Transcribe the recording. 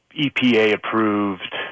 EPA-approved